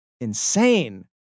insane